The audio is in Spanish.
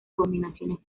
combinaciones